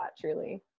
truly